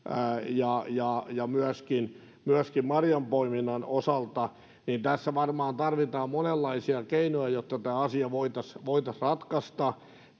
ja ja myöskin myöskin marjanpoiminnan osalta niin tässä varmaan tarvitaan monenlaisia keinoja jotta tämä asia voitaisiin voitaisiin ratkaista